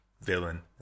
villain